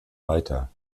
weiter